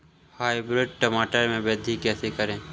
Hybrid टमाटर में वृद्धि कैसे करें?